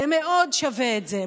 זה מאוד שווה את זה.